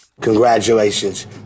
congratulations